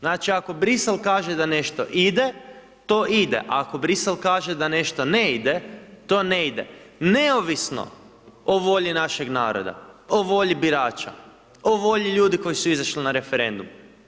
Znači, ako Brisel kaže da nešto ide, to ide, ako Brisel kaže da nešto ne ide, to ne ide, neovisno o volji našeg naroda, o volji birača, o volji ljudi koji su izašli na referendum.